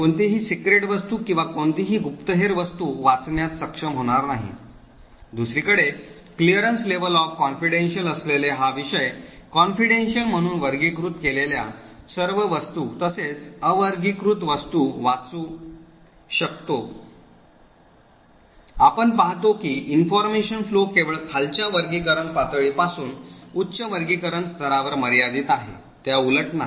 कोणतीही सिक्रेट वस्तू किंवा कोणतीही गुप्तहेर वस्तू वाचण्यात सक्षम होणार नाही दुसरीकडे clearance levels of confidential असलेले हा विषय confidential म्हणून वर्गीकृत केलेल्या सर्व वस्तू तसेच अवर्गीकृत सर्व वस्तू वाचू शकतो आपण पाहतो की information flow केवळ खालच्या वर्गीकरण पातळी पासून उच्च वर्गीकरण स्तरावर मर्यादित आहे त्याउलट नाही